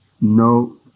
No